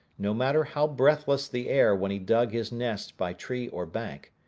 no matter how breathless the air when he dug his nest by tree or bank,